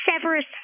Severus